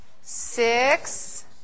six